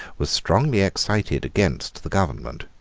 was strongly excited against the government.